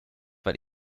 weil